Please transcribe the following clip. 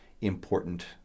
Important